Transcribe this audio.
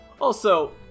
Also-